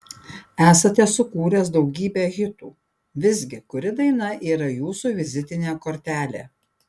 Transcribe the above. esate sukūręs daugybę hitų visgi kuri daina yra jūsų vizitinė kortelė